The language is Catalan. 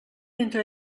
entre